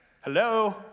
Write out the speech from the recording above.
hello